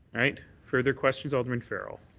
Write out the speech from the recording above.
right. further questions, alderman farrell.